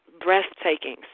breathtaking